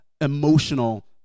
emotional